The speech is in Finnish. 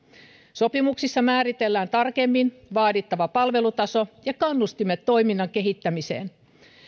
sopimuksissa määritellään tarkemmin vaadittava palvelutaso ja kannustimet toiminnan kehittämiseen